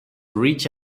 reach